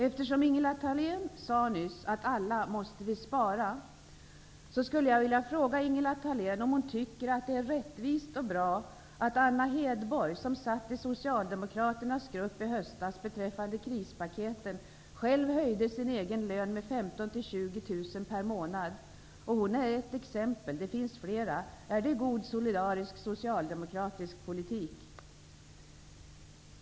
Eftersom Ingela Thalén nyss sade att vi alla måste spara, skulle jag vilja fråga henne om hon tycker att det är rättvist och bra att Anna Hedborg, som satt i Socialdemokraternas grupp i höst och arbetade med krispaketen, höjde sin egen lön med 15 000-- 20 000 kr per månad. Hon är ett exempel. Det finns fler. Är det god solidarisk socialdemokratisk politik?